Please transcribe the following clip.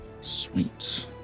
Sweet